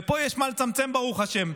ופה יש מה לצמצם, ברוך השם.